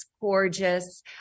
gorgeous